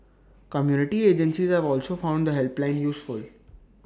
community agencies have also found the helpline useful